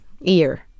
Ear